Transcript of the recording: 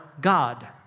God